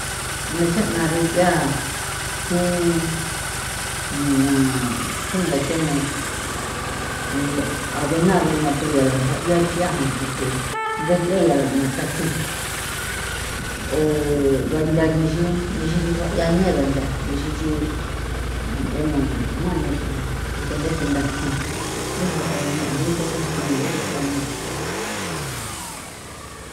A na xa'na runkia thi nua singathena thi avena runa pero yala rua iathia poque dets'e yala nathasina o gantha yisi nixi nixi xrua' ya ne ngantha nixi nchi nchena mañexin porque ntha xunthakin ni xrua yani ngi cosa kinai xrua' yani.